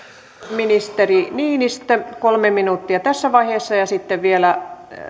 ministeri niinistö kolme minuuttia tässä vaiheessa ja sitten vielä